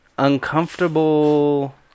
Uncomfortable